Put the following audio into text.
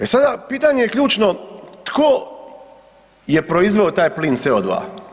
E sada pitanje je ključno tko je proizveo taj plin CO2?